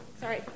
Sorry